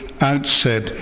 outset